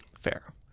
Fair